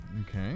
Okay